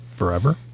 forever